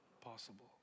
possible